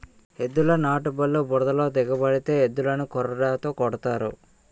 ఎద్దుల నాటుబల్లు బురదలో దిగబడితే ఎద్దులని కొరడాతో కొడతారు